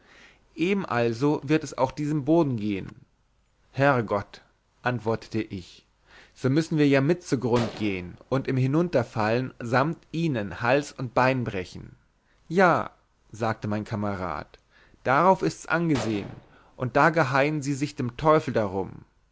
eben also wird es auch diesem boden gehen herr gott antwortete ich so müssen wir ja mit zugrund gehen und im hinunterfallen samt ihnen hals und bein brechen ja sagte mein kamerad darauf ists angesehen und da geheien sie sich den teufel darum